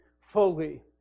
fully